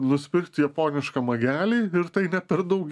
nusipirkti japonišką magelį ir tai ne per daug